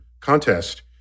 contest